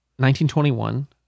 1921